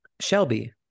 Shelby